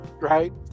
right